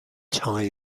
tie